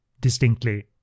distinctly